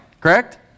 correct